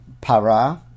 para